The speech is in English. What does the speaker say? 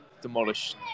demolish